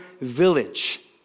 village